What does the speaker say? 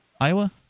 Iowa